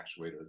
actuators